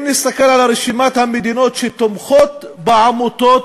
אם נסתכל על רשימת המדינות שתומכות בעמותות,